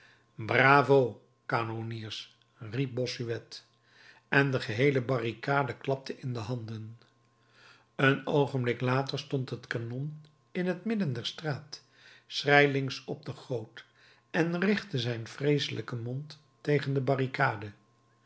bravo kanonniers riep bossuet en de geheele barricade klapte in de handen een oogenblik later stond het kanon in het midden der straat schrijlings op de goot en richtte zijn vreeselijken mond tegen de barricade